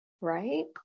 Right